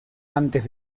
antes